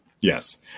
Yes